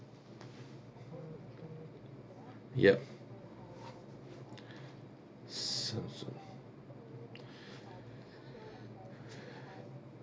yup so so